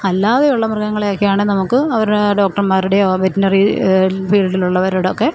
അല്ലാതെയുള്ള മൃഗങ്ങളെയൊക്കെയാണെൽ നമുക്ക് അവരുടെ ഡോക്ടർമാരുടെയോ വെറ്റിനറി ഫീൽഡിലുള്ളവരോടൊക്കെ